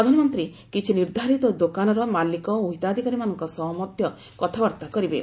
ପ୍ରଧାନମନ୍ତ୍ରୀ କିଛି ନିର୍ଦ୍ଧାରିତ ଦୋକାନର ମାଲିକ ଓ ହିତାଧିକାରୀମାନଙ୍କ ସହ ମଧ୍ୟ କଥାବାର୍ତ୍ତା କରିବେ